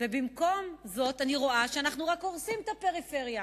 ובמקום זאת אני רואה שאנחנו רק הורסים את הפריפריה.